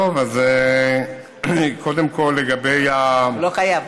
טוב, אז קודם כול לגבי, הוא לא חייב.